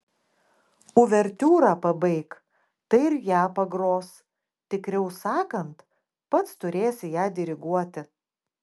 uvertiūrą pabaik tai ir ją pagros tikriau sakant pats turėsi ją diriguoti